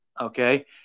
okay